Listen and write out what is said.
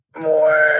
more